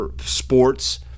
sports